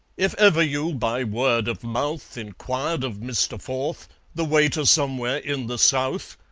if ever you by word of mouth inquired of mister forth the way to somewhere in the south,